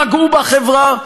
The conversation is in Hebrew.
פגעו בחברה.